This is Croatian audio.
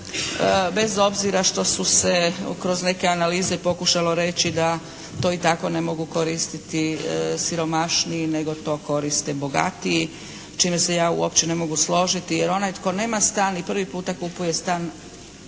bez obzira što su se kroz neke analize pokušalo reći da to i tako ne mogu koristiti siromašniji nego to koriste bogatiji s čime se ja uopće ne mogu složiti. Jer onaj tko nema stan i prvi puta kupuje stan